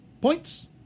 Points